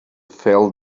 felt